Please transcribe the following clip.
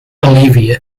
olivia